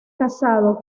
casado